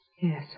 Yes